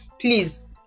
Please